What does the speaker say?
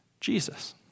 Jesus